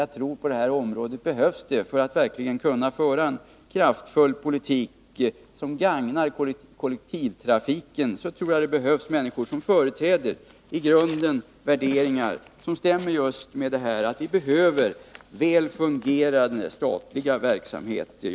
För att man på detta område verkligen skall kunna föra en kraftfull politik, som gagnar kollektivtrafiken, tror jag att det krävs människor vilka företräder grundläggande värderingar som ligger i linje med medborgarnas behov av väl fungerande statliga verksamheter.